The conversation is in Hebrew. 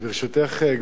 ברשותך,